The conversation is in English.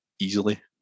easily